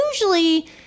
usually